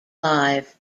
live